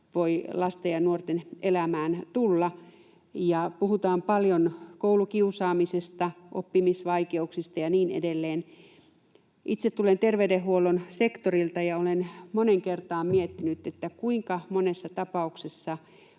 voi lasten ja nuorten elämään tulla myös haasteita — ja puhutaan paljon koulukiusaamisesta, oppimisvaikeuksista ja niin edelleen. Itse tulen terveydenhuollon sektorilta ja olen moneen kertaan miettinyt, kuinka monessa tapauksessa